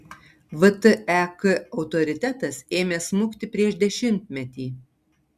vtek autoritetas ėmė smukti prieš dešimtmetį